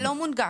לא מונגש.